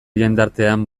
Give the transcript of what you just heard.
jendartean